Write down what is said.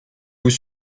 vous